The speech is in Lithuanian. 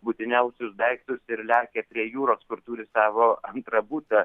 būtiniausius daiktus ir lekia prie jūros kur turi savo antrą butą